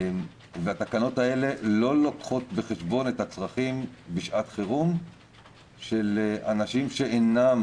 התקנות האלה לא לוקחות בחשבון את הצרכים בשעת חירום של אנשים שאינם